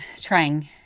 trying